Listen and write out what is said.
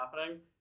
happening